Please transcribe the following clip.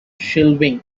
schleswig